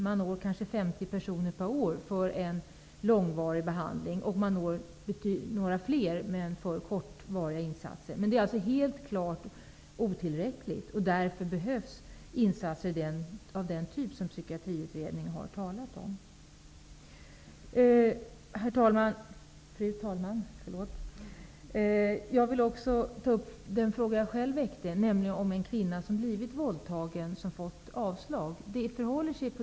Man når kanske 50 personer per år för långvarig behandling och några fler för kortvarig behandling. Men det är helt klart otillräckligt. Därför behövs insatser av den typ som man i Psykiatriutredningen har talat om. Fru talman! Jag vill också ta upp den fråga som jag själv väckte, nämligen frågan om en kvinna som har blivit våldtagen och som har fått avslag på sin asylansökan.